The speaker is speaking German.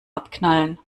abknallen